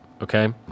okay